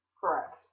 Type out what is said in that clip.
correct